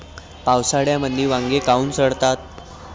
पावसाळ्यामंदी वांगे काऊन सडतात?